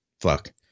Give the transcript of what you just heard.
Fuck